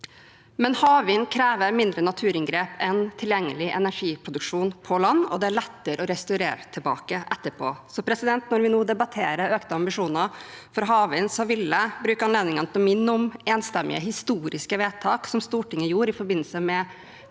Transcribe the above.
krever likevel mindre naturinngrep enn tilgjengelig energiproduksjon på land, og det er lettere å restaurere tilbake etterpå. Når vi nå debatterer økte ambisjoner for havvind, vil jeg bruke anledningen til å minne om enstemmige, historiske vedtak som Stortinget gjorde i 2022, i forbindelse med Meld.